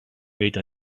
made